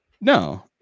no